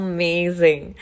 Amazing